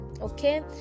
okay